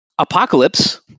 Apocalypse